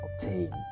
obtain